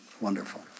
wonderful